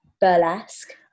burlesque